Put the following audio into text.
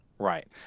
Right